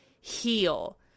heal